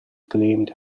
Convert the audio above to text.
claimed